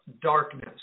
darkness